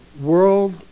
world